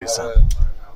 ریزم